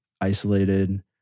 isolated